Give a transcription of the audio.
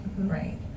Right